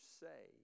say